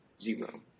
Zero